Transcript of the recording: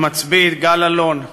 המצביא יגאל אלון,